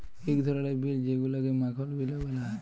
ইক ধরলের বিল যেগুলাকে মাখল বিলও ব্যলা হ্যয়